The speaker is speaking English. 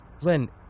Lynn